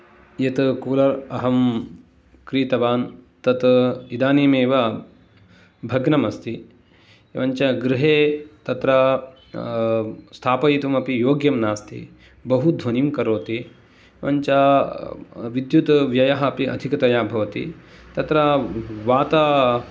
यत् कूलर् अहं क्रीतवान् तत् इदानीमेव भग्नम् अस्ति एवं च गृहे तत्र स्थापयितुमपि योग्यं नास्ति बहुध्वनिं करोति एवञ्च विद्युद्व्ययः अपि अधिकतया भवति तत्र वाता